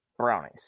brownies